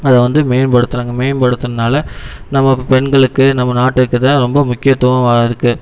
அதை வந்து மேம்படுத்துகிறாங்க மேம்படுத்துகிறனால நம்ம பெண்களுக்கு நம்ம நாட்டுக்கு தான் ரொம்ப முக்கியத்துவமாக இருக்கு